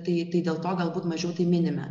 tai tai dėl to galbūt mažiau minime